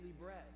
bread